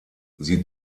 sie